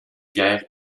guerre